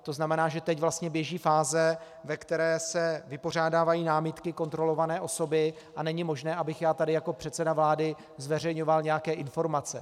To znamená, že teď vlastně běží fáze, ve které se vypořádávají námitky kontrolované osoby a není možné, abych já tady jako předseda vlády zveřejňoval nějaké informace.